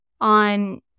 on